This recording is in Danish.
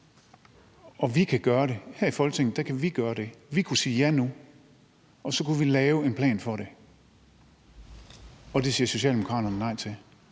og vi kan gøre det. Her i Folketinget kan vi gøre det. Vi kunne sige ja nu, og så kunne vi lave en plan for det, og det siger Socialdemokraterne nej til.